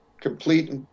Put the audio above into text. complete